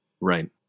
Right